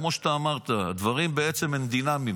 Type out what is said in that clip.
כמו שאמרת, הדברים בעצם הם דינמיים.